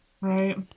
Right